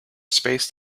spaced